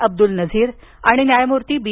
अब्दुल नजीर आणि न्यायमूर्ती बी